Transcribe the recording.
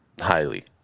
Highly